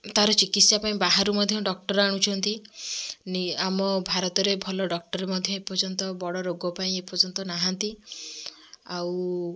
ତା'ର ଚିକିତ୍ସା ପାଇଁ ବାହାରୁ ମଧ୍ୟ ଡକ୍ଟର୍ ଆଣୁଛନ୍ତି ନି ଆମ ଭାରତରେ ଭଲ ଡକ୍ଟର୍ ମଧ୍ୟ ଏପର୍ଯ୍ୟନ୍ତ ବଡ଼ ରୋଗ ପାଇଁ ଏପର୍ଯ୍ୟନ୍ତ ନାହାଁନ୍ତି ଆଉ